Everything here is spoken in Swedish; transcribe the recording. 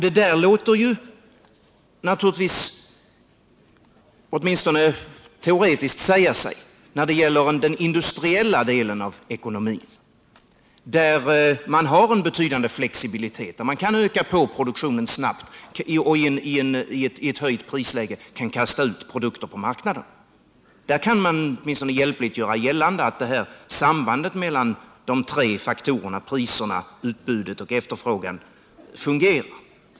Det där låter sig naturligtvis sägas — åtminstone teoretiskt — när det gäller den industriella delen av ekonomin, där man har en betydande flexibilitet. Man kan öka produktionen snabbt i ett läge med höjda priser och kasta ut produkter på marknaden. När det gäller den delen av ekonomin kan man åtminstone hjälpligt göra gällande att det här sambandet mellan de tre faktorerna priser, utbud och efterfrågan fungerar.